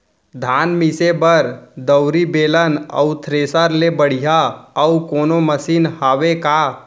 धान मिसे बर दउरी, बेलन अऊ थ्रेसर ले बढ़िया अऊ कोनो मशीन हावे का?